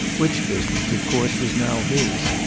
which business, of course, was now his.